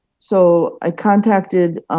so i contacted